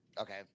Okay